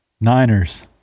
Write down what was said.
Niners